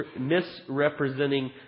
misrepresenting